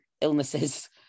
illnesses